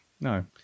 No